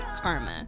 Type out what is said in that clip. karma